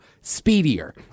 speedier